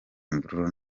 imvururu